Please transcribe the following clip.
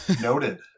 Noted